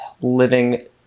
living